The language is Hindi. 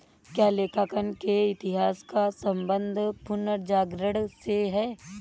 क्या लेखांकन के इतिहास का संबंध पुनर्जागरण से है?